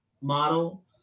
model